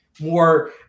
more